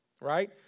Right